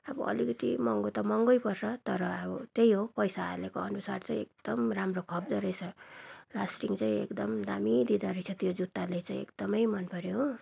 अब अलिकति महँगो त महँगो पर्छ तर अब त्यही हो पैसा हालेको अनुसार चाहिँ एकदम राम्रो खप्दो रहेछ लास्टिङ चाहिँ एकदम दामी दिँदो रहेछ त्यो जुत्ताले चाहिँ एकदम मन पर्यो हो